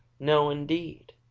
no, indeed!